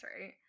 right